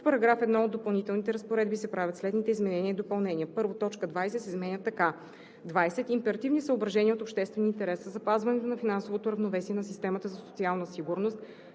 В § 1 от допълнителните разпоредби се правят следните изменения и допълнения: 1. Точка 20 се изменя така: „20. „Императивни съображения от обществен интерес“ са запазването на финансовото равновесие на системата за социална сигурност,